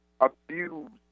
abused